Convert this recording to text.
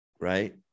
right